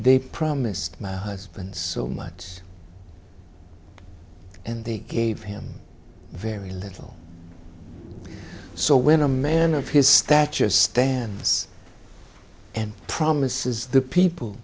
they promised my husband so much and they gave him very little so when a man of his stature stands and promises the people